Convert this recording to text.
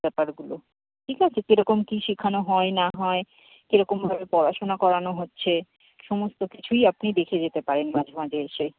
ব্যাপারগুলো ঠিক আছে কীরকম কী শেখানো হয় না হয় কীরকমভাবে পড়াশোনা করানো হচ্ছে সমস্ত কিছুই আপনি দেখে যেতে পারেন মাঝে মাঝে এসে